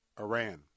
Iran